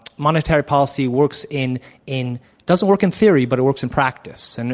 monetary policy works in in doesn't work in theory, but it works in practice. and